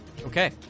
Okay